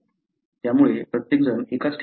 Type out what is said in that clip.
त्यामुळे प्रत्येकजण एकाच ठिकाणी जात नाही